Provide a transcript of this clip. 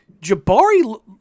Jabari